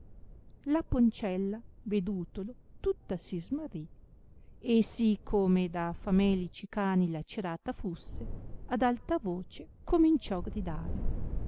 la poncella vedutolo tutta si smarrì e sì come da famelici cani lacerata fusse ad alta voce cominciò gridare